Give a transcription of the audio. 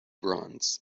bronze